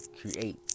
create